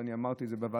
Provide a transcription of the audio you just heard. אני אמרתי את זה בוועדה,